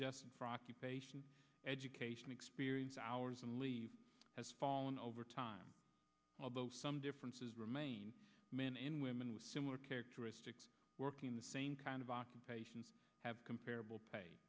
for occupation education experience hours and leave has fallen over time although some differences remain men and women with similar characteristics working the same kind of occupations have comparable